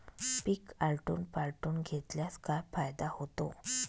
पीक आलटून पालटून घेतल्यास काय फायदा होतो?